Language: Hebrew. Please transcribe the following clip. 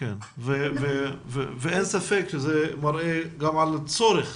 אין ספק שזה גם מראה גם על הצורך